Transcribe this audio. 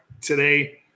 today